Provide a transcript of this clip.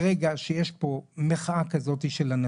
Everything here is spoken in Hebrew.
ברגע שאתם מחילים את שכר המינימום על העובדים הזרים,